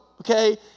Okay